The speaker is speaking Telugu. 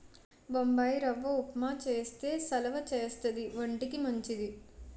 బొంబాయిరవ్వ ఉప్మా చేస్తే సలవా చేస్తది వంటికి మంచిది